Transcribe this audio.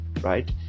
right